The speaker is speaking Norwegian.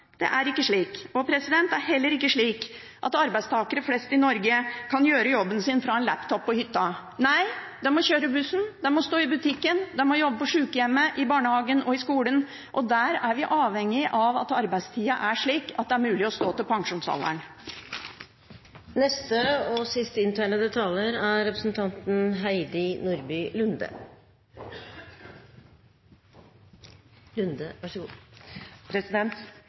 Det er ikke slik. Det er heller ikke slik at arbeidstakere flest i Norge kan gjøre jobben sin fra en laptop på hytta. Nei, de må kjøre bussen, de må stå i butikken, de må jobbe på sykehjemmet, i barnehagen og i skolen. Der er vi avhengig av at arbeidstida er slik at det er mulig å stå til pensjonsalderen.